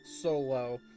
solo